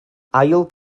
ail